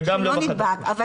וגם לא בחדר כושר.